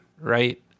right